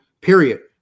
period